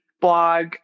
blog